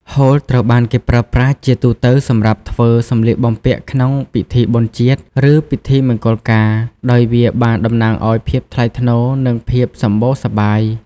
ហូលត្រូវបានគេប្រើប្រាស់ជាទូទៅសម្រាប់ធ្វើ សម្លៀកបំពាក់ក្នុងពិធីបុណ្យជាតិ ឬពិធីមង្គលការ ដោយវាបានតំណាងឱ្យភាពថ្លៃថ្នូរ និងភាពសម្បូរសប្បាយ។